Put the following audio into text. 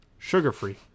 Sugar-free